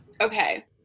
Okay